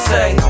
Say